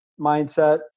mindset